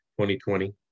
2020